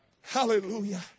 Hallelujah